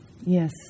Yes